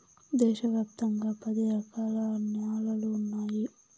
దేశ వ్యాప్తంగా పది రకాల న్యాలలు ఉన్నాయి